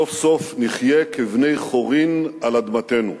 סוף סוף נחיה כבני-חורין על אדמתנו".